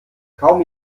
kaum